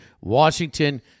Washington